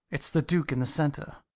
it's the duke in the centre.